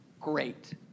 Great